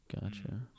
Gotcha